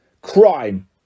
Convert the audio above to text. Crime